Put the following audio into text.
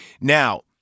Now